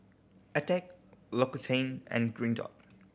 Attack L'Occitane and Green Dot